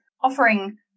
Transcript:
offering